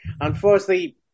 unfortunately